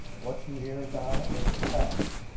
what you hear now is a tax.